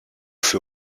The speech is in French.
feu